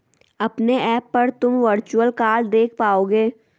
अपने ऐप पर तुम वर्चुअल कार्ड देख पाओगे